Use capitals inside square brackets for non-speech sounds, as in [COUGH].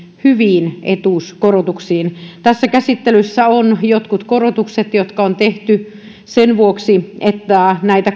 hyviin etuuskorotuksiin tässä käsittelyssä ovat jotkut korotukset jotka on tehty sen vuoksi että näitä [UNINTELLIGIBLE]